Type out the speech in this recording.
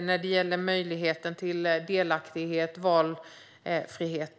när det gäller möjligheten till delaktighet och valfrihet.